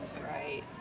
right